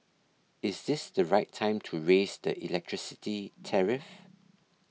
is this the right time to raise the electricity tariff